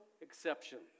exceptions